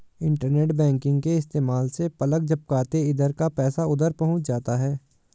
internet banking के इस्तेमाल से पलक झपकते इधर का पैसा उधर पहुँच जाता है